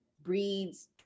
breeds